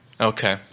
Okay